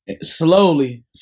slowly